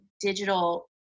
digital